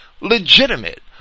legitimate